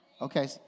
Okay